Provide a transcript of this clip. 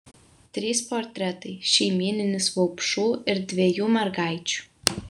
trys portretai šeimyninis vaupšų ir dviejų mergaičių